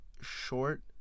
short